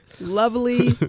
lovely